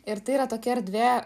ir tai yra tokia erdvė